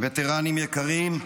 וטרנים יקרים,